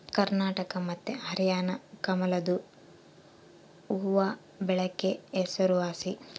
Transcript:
ಕರ್ನಾಟಕ ಮತ್ತೆ ಹರ್ಯಾಣ ಕಮಲದು ಹೂವ್ವಬೆಳೆಕ ಹೆಸರುವಾಸಿ